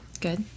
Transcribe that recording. Good